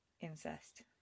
incest